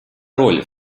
роль